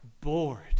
bored